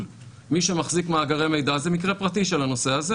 מי שמחזיק מאגרי מידע זה מקרה פרטי של הנושא הזה,